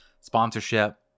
sponsorship